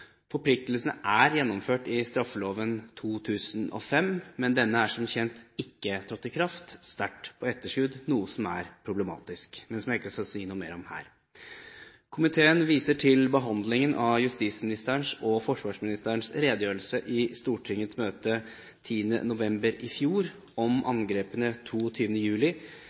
Forpliktelsene er gjennomført i straffeloven 2005, men denne er som kjent ikke trådt i kraft – sterkt på etterskudd, noe som er problematisk, men som jeg ikke skal si noe mer om her. Komiteen viser til behandlingen av justisministerens og forsvarsministerens redegjørelse i Stortingets møte 10. november i fjor om angrepene 22. juli,